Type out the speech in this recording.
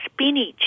spinach